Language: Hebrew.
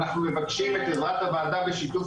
אנחנו מבקשים את עזרת הועדה בשיתוף